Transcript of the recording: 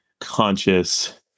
conscious